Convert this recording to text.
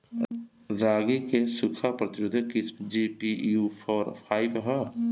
रागी क सूखा प्रतिरोधी किस्म जी.पी.यू फोर फाइव ह?